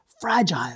fragile